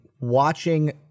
Watching